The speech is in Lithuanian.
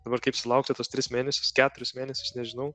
dabar kaip sulaukti tuos tris mėnesius keturis mėnesius nežinau